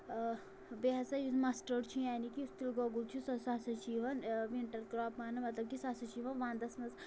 بیٚیہِ ہسا یُس مَسٹٲڈ چھُ یعنی کہِ یُس تِلہٕ گۄگُل چھُ سُہ ہسا چھُ یِوان وِنٛٹر کراپ ماننہٕ مطلب کہِ سُہ ہسا چھُ یِوان وَندَس منٛز